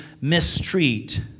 mistreat